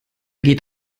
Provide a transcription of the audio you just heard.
geht